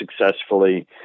successfully